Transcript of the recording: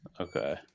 Okay